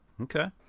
Okay